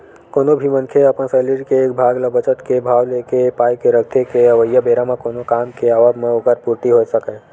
कोनो भी मनखे ह अपन सैलरी के एक भाग ल बचत के भाव लेके ए पाय के रखथे के अवइया बेरा म कोनो काम के आवब म ओखर पूरति होय सकय